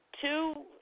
two